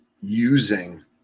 using